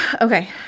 Okay